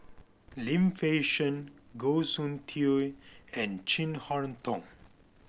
Lim Fei Shen Goh Soon Tioe and Chin Harn Tong